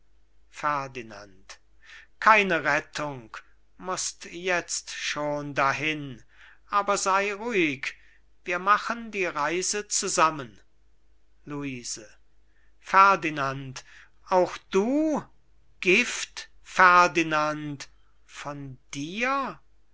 ferdinand keine rettung mußt jetzt schon dahin aber sei ruhig wir machen die reise zusammen luise ferdinand auch du gift ferdinand von dir